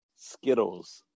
Skittles